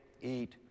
eat